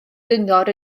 gyngor